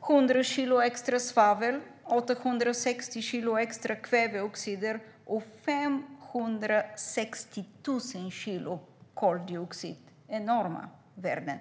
700 kilo extra svavel, 860 kilo extra kväveoxider och 560 000 kilo koldioxid - enorma värden!